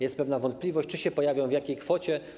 Jest pewna wątpliwość, czy się pojawią, w jakiej kwocie.